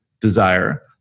desire